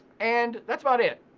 and that's about it.